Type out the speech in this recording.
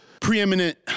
preeminent